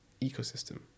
ecosystem